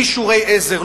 בלי שיעורי עזר,